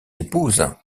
épouses